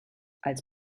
als